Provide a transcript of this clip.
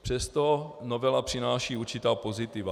Přesto novela přináší určitá pozitiva.